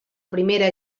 primera